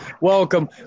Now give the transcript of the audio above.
Welcome